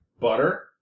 Butter